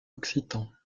occitan